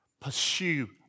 Pursue